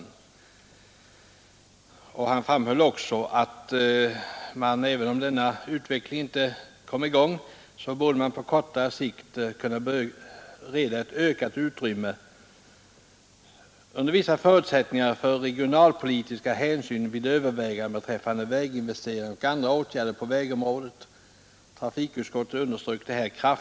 Kommunikationsministern framhöll även att i avvaktan på utvecklingen av en mera generellt tillämplig planeringsmetodik bör även på kortare sikt ett ökat utrymme under vissa förutsättningar kunna beredas för regionalpolitiska hänsyn vid överväganden beträffande väginvesteringar och andra åtgärder på vägområdet. Trafikutskottet underströk kraftigt dessa uttalanden.